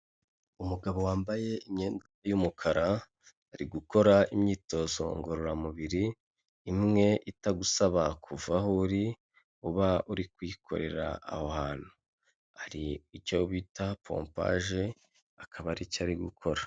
Umugabo wambaye imyenda y'umukara, ari gukora imyitozo ngororamubiri, imwe itagusaba kuva aho uri, uba uri kuyikorera aho hantu, hari icyo bita pompaje akaba aricyo ari gukora.